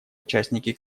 участники